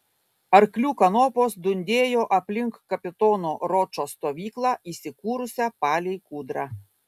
arklių kanopos dundėjo aplink kapitono ročo stovyklą įsikūrusią palei kūdrą